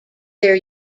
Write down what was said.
their